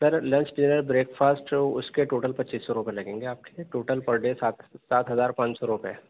سر lunch dinner breakfast اُس کے total پچیس سو روپے لگیں گے آپ کے ٹوٹل پر ڈے سات سات ہزار پانچ سو روپے